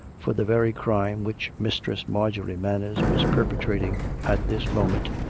for the very crime which mistress marjorie manners was perpetrating at this mo ment,